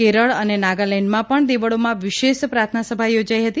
કેરળ અને નાગાલેન્ડમાં પણ દેવળોમાં વિશેષ પ્રાર્થનાસભા યોજાઇ હતી